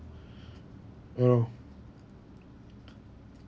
ya loh